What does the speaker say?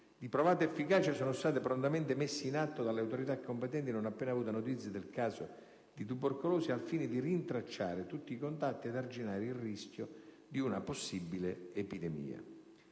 di provata efficacia sono stati prontamente messi in atto dalle autorità competenti non appena avuta notizia del caso di tubercolosi, al fine di rintracciare tutti i contatti ed arginare il rischio di una possibile epidemia.